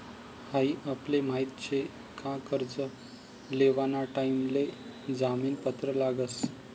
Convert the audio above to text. हाई आपले माहित शे का कर्ज लेवाना टाइम ले जामीन पत्र लागस